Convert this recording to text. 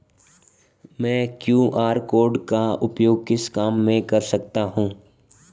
मैं QR code का उपयोग किस काम में कर सकता हूं?